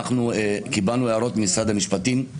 קיבלנו הערות ממשרד המשפטים,